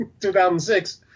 2006